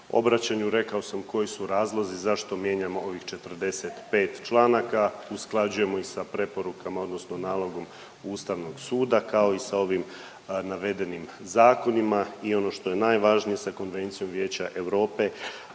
obraćanju rekao sam koji su razlozi zašto mijenjamo ovih 45 članaka, usklađujemo ih sa preporukama odnosno nalogom Ustavnog suda kao i sa ovim navedenim Zakonima i ono što je najvažnije sa Konvencijom vijeća Europe